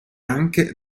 anche